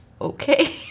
okay